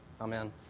Amen